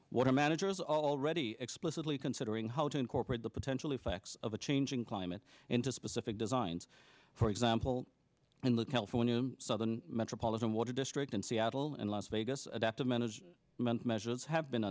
water managers already explicitly considering how to incorporate the potential effects of a changing climate into specific designs for example in the california southern metropolitan water district in seattle and las vegas adaptive managed many measures have been